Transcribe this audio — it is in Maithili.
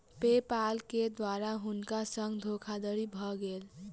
पे पाल के द्वारा हुनका संग धोखादड़ी भ गेल